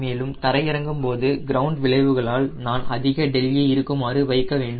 மேலும் தரை இறங்கும்போது கிரவுண்ட் விளைவுகளால் நான் அதிக δe இருக்குமாறு வைக்க வேண்டும்